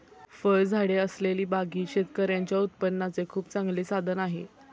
फळझाडे असलेली बाग ही शेतकऱ्यांच्या उत्पन्नाचे खूप चांगले साधन आहे